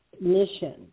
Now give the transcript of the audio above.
mission